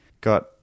got